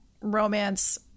romance